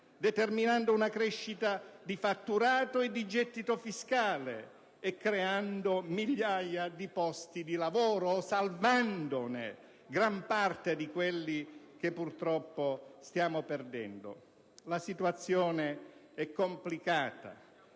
determinando una crescita di fatturato e di gettito fiscale, creando migliaia di posti di lavoro, o salvando gran parte di quelli che purtroppo stiamo perdendo? La situazione è complicata,